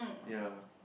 yea